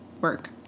work